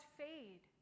fade